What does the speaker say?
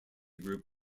group